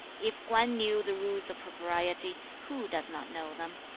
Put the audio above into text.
if kwan knew the rules of propriety, who does not know them